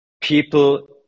people